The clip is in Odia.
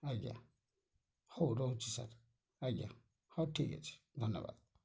ଆଜ୍ଞା ହଉ ରହୁଛି ସାର୍ ଆଜ୍ଞା ହଉ ଠିକ୍ ଅଛି ଧନ୍ୟବାଦ